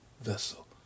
vessel